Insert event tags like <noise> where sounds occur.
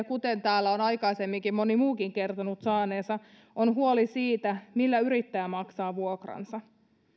<unintelligible> kuten täällä on aikaisemminkin moni muukin kertonut saaneensa on huoli siitä millä yrittäjä maksaa vuokransa